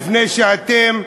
בבקשה.